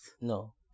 No